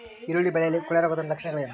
ಈರುಳ್ಳಿ ಬೆಳೆಯಲ್ಲಿ ಕೊಳೆರೋಗದ ಲಕ್ಷಣಗಳೇನು?